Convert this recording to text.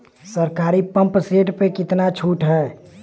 सरकारी pump set प कितना छूट हैं?